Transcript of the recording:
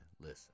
listen